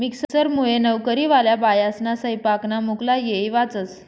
मिक्सरमुये नवकरीवाल्या बायास्ना सैपाकना मुक्ला येय वाचस